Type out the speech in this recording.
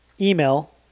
email